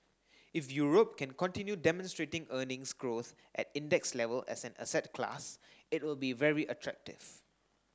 if Europe can continue demonstrating earnings growth at index level as an asset class it will be very attractive